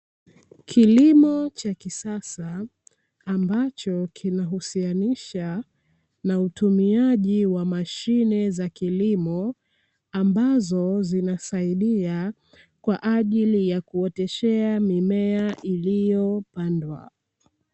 Kilimo cha kisasa ambacho kinahusianisha na utumiaji wa mashine za kilimo, ambazo zinasaidia kwaajili ya kuoteshea mimea iliyopandwa.